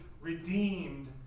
redeemed